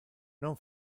non